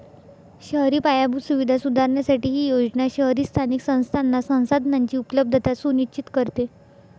शहरी पायाभूत सुविधा सुधारण्यासाठी ही योजना शहरी स्थानिक संस्थांना संसाधनांची उपलब्धता सुनिश्चित करते